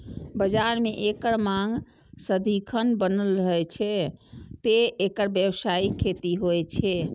बाजार मे एकर मांग सदिखन बनल रहै छै, तें एकर व्यावसायिक खेती होइ छै